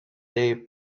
they